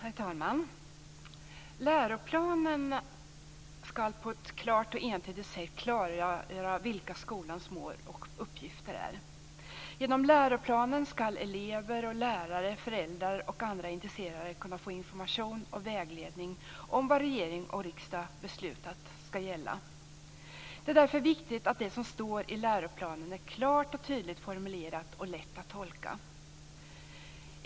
Herr talman! Läroplanerna ska på ett klart och entydigt sätt klargöra vilka skolans mål och uppgifter är. Genom läroplanen ska elever, lärare, föräldrar och andra intresserade kunna få information och vägledning om vad regering och riksdag beslutat om ska gälla. Det är därför viktigt att det som står i läroplanen är klart och tydligt formulerat och lätt att tolka.